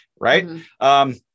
Right